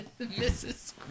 Mrs